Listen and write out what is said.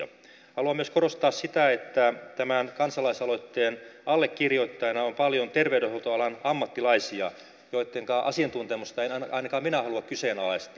haluan myös korostaa sitä että tämän kansalaisaloitteen allekirjoittajina on paljon terveydenhoitoalan ammattilaisia joittenka asiantuntemusta en ainakaan minä halua kyseenalaistaa